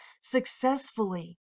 successfully